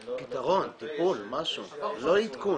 פתרון, טיפול, משהו, לא עדכון.